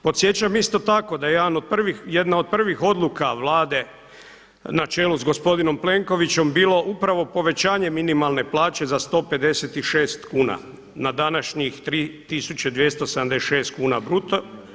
Podsjećam isto tako da je jedna od prvih odluka Vlade na čelu s gospodinom Plenkovićem, bilo upravo povećanje minimalne plaće za 156 kuna na današnjih 3.276 kuna bruto.